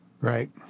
right